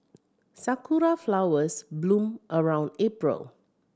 sakura flowers bloom around April